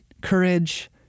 courage